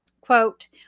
Quote